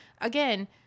again